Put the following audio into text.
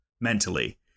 mentally